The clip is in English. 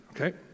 okay